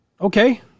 okay